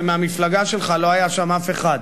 ומהמפלגה שלך לא היה שם אף אחד,